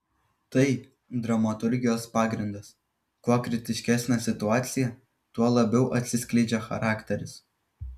tai dramaturgijos pagrindas kuo kritiškesnė situacija tuo labiau atsiskleidžia charakteris